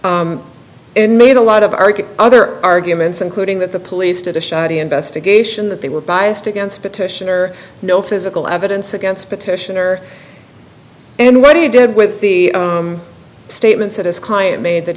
and made a lot of argue other arguments including that the police did a shoddy investigation that they were biased against petitioner no physical evidence against petitioner and what he did with the statements that his client made that